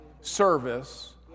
service